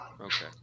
Okay